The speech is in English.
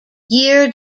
year